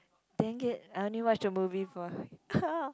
then get I only watched the movie before